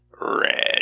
red